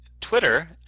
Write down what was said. Twitter